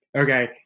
okay